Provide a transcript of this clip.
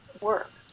work